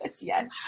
yes